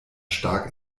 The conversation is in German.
stark